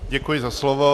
Děkuji za slovo.